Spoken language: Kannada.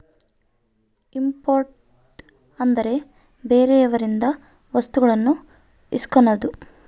ಇಂಪೋರ್ಟ್ ಅಂದ್ರೆ ಬೇರೆಯವರಿಂದ ವಸ್ತುಗಳನ್ನು ಇಸ್ಕನದು